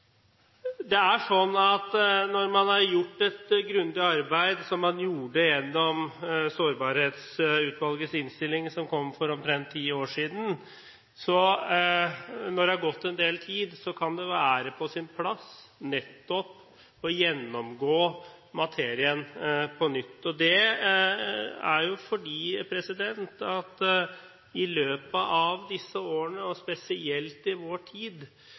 Når man har gjort et grundig arbeid, som man gjorde gjennom Sårbarhetsutvalgets innstilling, som kom for omtrent ti år siden, kan det når det er gått en del tid, være på sin plass å gjennomgå materien på nytt. Det er fordi samfunnet i løpet av disse årene, og spesielt i vår tid,